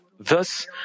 Thus